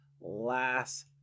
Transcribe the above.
Last